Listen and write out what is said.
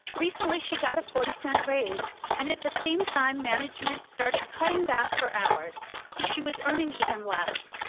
recently, she got a forty cent raise and, at the same time, management started cutting back her hours so she was earning even less,